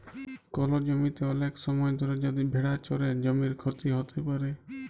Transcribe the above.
call জমিতে ওলেক সময় ধরে যদি ভেড়া চরে জমির ক্ষতি হ্যত প্যারে